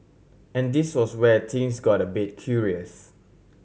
and this was where things got a bit curious